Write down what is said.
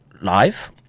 live